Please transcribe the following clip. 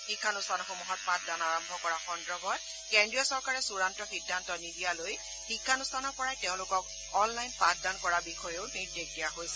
শিক্ষানুষ্ঠানসমূহত পাঠদান আৰম্ভ কৰা সন্দৰ্ভত কেন্দ্ৰীয় চৰকাৰে চুড়ান্ত সিদ্ধান্ত নিদিয়ালৈ শিক্ষানুষ্ঠানৰ পৰাই তেওঁলোকক অনলাইন পাঠদান কৰাৰ বিষয়েও নিৰ্দেশ দিয়া হৈছে